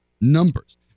numbers